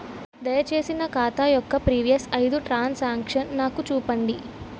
దయచేసి నా ఖాతా యొక్క ప్రీవియస్ ఐదు ట్రాన్ సాంక్షన్ నాకు చూపండి